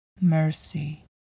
Mercy